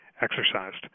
exercised